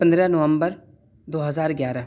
پندرہ نومبر دو ہزار گیارہ